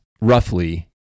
roughly